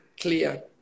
clear